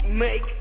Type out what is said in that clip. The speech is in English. Make